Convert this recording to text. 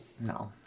No